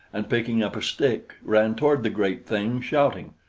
and picking up a stick, ran toward the great thing, shouting.